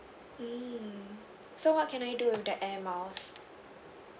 mm so what can I do with the Air Miles